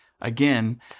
Again